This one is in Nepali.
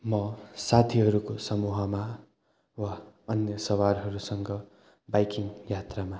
म साथीहरूको समूहमा वा अन्य सवारहरूसँग बाइकिङ यात्रामा